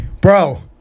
bro